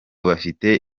bafite